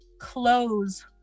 clothes